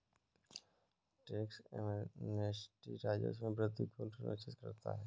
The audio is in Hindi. टैक्स एमनेस्टी राजस्व में वृद्धि को सुनिश्चित करता है